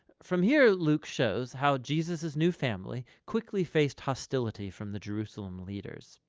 from here, luke shows how jesus' new family quickly faced hostility from the jerusalem leaders.